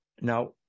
now